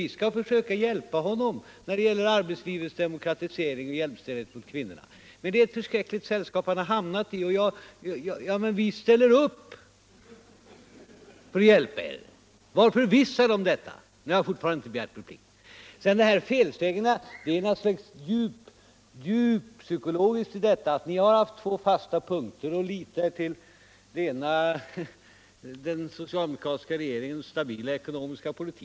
Vi skall försöka hjälpa honom när det gäller arbetslivets demokratisering och jämställdheten mellan kvinnor och män. Det är eu förskräckligt sällskap ni har hamnat i, men vi stiäller upp för att hjälpa er, var förvissad om det. herr Ahlmark. Men jag har fortfarande inte begärt replik. Det ligger naturligtvis något djupt psykologiskt i de här felsägningarna. Ni har haft två fasta punkter att förlita er till. Den ena är den soci aldemokratiska regeringens stabila cekonomiska politik.